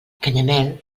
canyamel